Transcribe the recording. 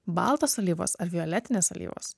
baltos alyvos ar violetinės alyvos